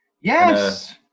Yes